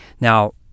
Now